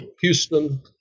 houston